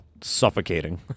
suffocating